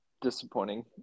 disappointing